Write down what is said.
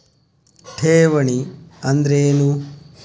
ಠೇವಣಿ ಅಂದ್ರೇನು?